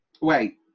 Wait